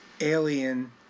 Alien